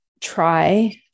try